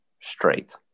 straight